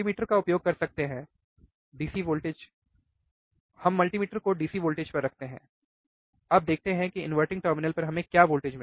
हम उपयोग कर सकते हैं मल्टीमीटर का और हम मल्टीमीटर को DC वोल्टेज DC वोल्टेज पर रखते हैं अब देखते हैं कि इन्वर्टिंग टर्मिनल पर हमें क्या वोल्टेज मिलता है